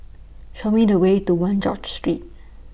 Show Me The Way to one George Street